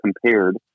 compared